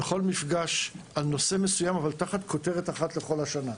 כל מפגש הוא בנושא מסוים אבל תחת כותרת אחת לכל השנה.